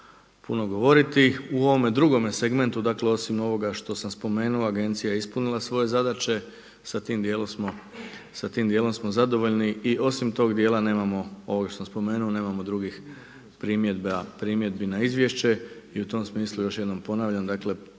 puno govoriti. U ovome drugome segmentu, dakle osim ovoga što sam spomenuo Agencija je ispunila svoje zadaće. Sa tim dijelom smo zadovoljni i osim tog dijela nemamo ovo što sam spomenuo nemamo drugih primjedbi na izvješće i u tom smislu još jednom ponavljam, dakle